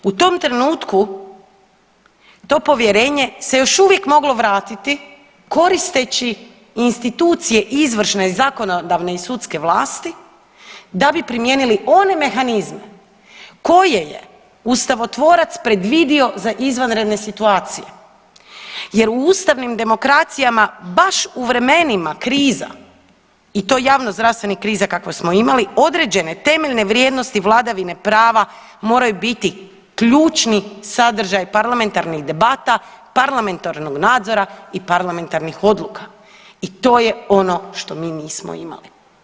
U tom trenutku to povjerenje se još uvijek moglo vratiti koristeći institucije izvršne, i zakonodavne i sudske vlasti da bi primijenili one mehanizme koje je ustavotvorac predvidio za izvanredne situacije, jer u ustavnim demokracijama baš u vremenima kriza i to javnozdravstvenih kriza kakve smo imali određene temeljne vrijednosti vladavine prava moraju biti ključni sadržaj parlamentarnih debata, parlamentarnog nadzora i parlamentarnih odluka i to je ono što mi nismo imali.